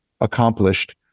accomplished